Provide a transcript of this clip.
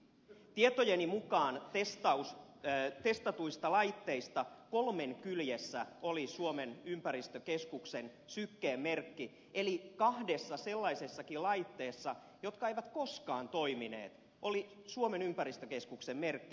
tietojeni mukaan testatuista laitteista kolmen kyljessä oli suomen ympäristökeskuksen sykkeen merkki eli kahdessa sellaisessakin laitteessa jotka eivät koskaan toimineet oli suomen ympäristökeskuksen merkki